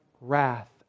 wrath